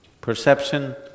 Perception